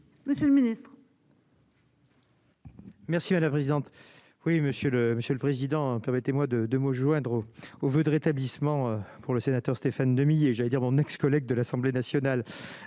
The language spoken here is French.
Monsieur le ministre. Merci à la présidente oui Monsieur le Monsieur le Président, permettez-moi de de me joindre aux voeux de rétablissement pour le sénateur, Stéphane Demilly et j'allais dire, mon ex-collègue de l'Assemblée nationale,